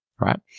right